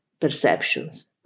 perceptions